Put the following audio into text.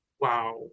wow